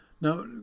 Now